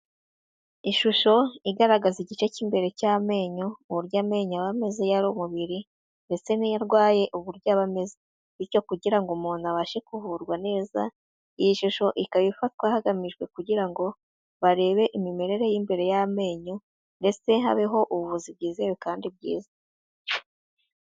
Ishusho igaragaza igice cy'imbere cy'amenyo, uburyo amenyo aba ameze iyo ari mu mubiri ndetse n'iyo arwaye uburyo aba ameze, bityo kugira ngo umuntu abashe kuvurwa neza iyi shusho ikaba ifatwa hagamijwe kugira ngo barebe imimerere y'imbere y'amenyo ndetse habeho ubuvuzi bwizewe kandi bwiza.